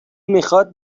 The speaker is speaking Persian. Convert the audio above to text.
میخواد